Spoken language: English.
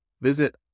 Visit